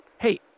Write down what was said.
Hey